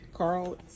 Carl